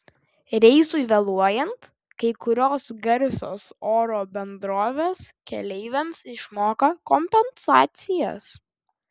reisui vėluojant kai kurios garsios oro bendrovės keleiviams išmoka kompensacijas